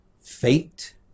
fate